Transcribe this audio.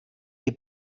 die